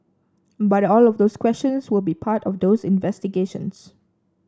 but all of those questions will be part of those investigations